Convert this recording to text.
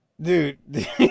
Dude